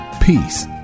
peace